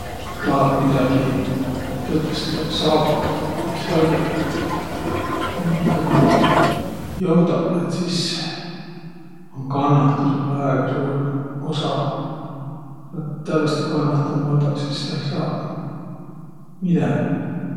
Ku tahat midägi tõtõstõ saavutaq vai saiaq, minkaniq joudaq, sis um kannahtusõl väega suur osa. Ku olt tävveste kannahtamaldaq, sis sa ei saaq midägiq.